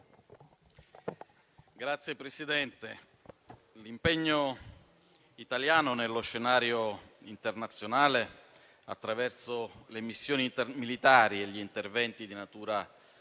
Signor Presidente, l'impegno italiano nello scenario internazionale, attraverso le missioni militari e gli interventi di natura civile